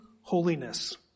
holiness